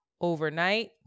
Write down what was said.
overnight